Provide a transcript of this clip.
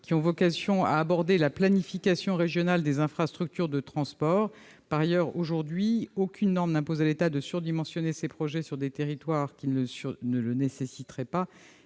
qui ont vocation à aborder la planification régionale des infrastructures de transport. Par ailleurs, aucune norme n'impose à l'État de surdimensionner ses projets sur des territoires qui ne le nécessiteraient pas.